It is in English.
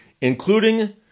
including